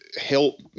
help